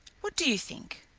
what do you think?